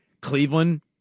cleveland